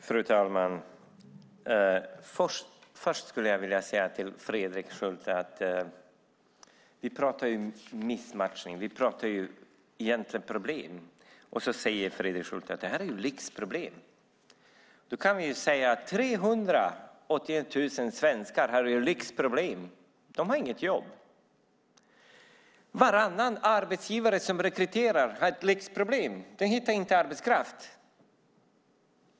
Fru talman! Först skulle jag vilja säga något till Fredrik Schulte. Vi pratar om missmatchning. Vi pratar om egentliga problem. Och så säger Fredrik Schulte att detta är lyxproblem! Då kan vi säga att 381 000 svenskar har ett lyxproblem - de har inget jobb. Varannan arbetsgivare som rekryterar har alltså ett lyxproblem - de hittar ingen arbetskraft.